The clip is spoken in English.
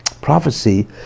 prophecy